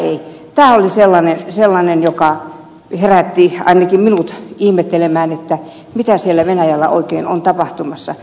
tämä oli sellainen asia joka herätti ainakin minut ihmettelemään mitä siellä venäjällä oikein on tapahtumassa